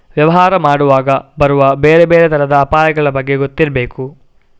ವ್ಯವಹಾರ ಮಾಡುವಾಗ ಬರುವ ಬೇರೆ ಬೇರೆ ತರದ ಅಪಾಯಗಳ ಬಗ್ಗೆ ಗೊತ್ತಿರ್ಬೇಕು